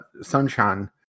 Sunshine